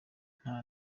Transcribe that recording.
nta